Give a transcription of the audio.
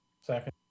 Second